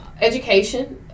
education